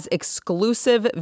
exclusive